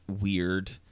weird